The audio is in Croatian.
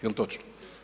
Jel točno?